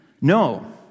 No